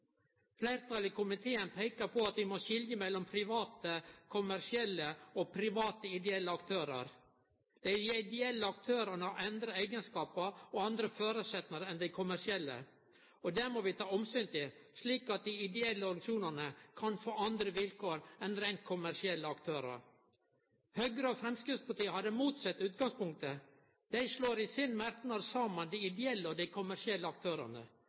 Fleirtalet i komiteen peikar på at vi må skilje mellom private kommersielle og private ideelle aktørar. Dei ideelle aktørane har andre eigenskapar og andre føresetnader enn dei kommersielle, og det må vi ta omsyn til, slik at dei ideelle organisasjonane kan få andre vilkår enn reint kommersielle aktørar. Høgre og Framstegspartiet har det motsette utgangspunktet. Dei slår i sin merknad saman dei ideelle og dei kommersielle aktørane.